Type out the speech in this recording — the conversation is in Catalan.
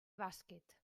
bàsquet